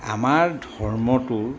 আমাৰ ধৰ্মটো